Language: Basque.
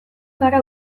gara